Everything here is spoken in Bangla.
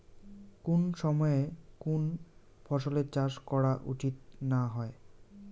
কুন সময়ে কুন ফসলের চাষ করা উচিৎ না হয়?